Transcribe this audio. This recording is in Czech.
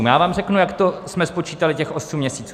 Já vám řeknu, jak jsme spočítali těch osm měsíců.